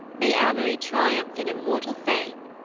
may amory triumph in immortal fame,